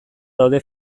daude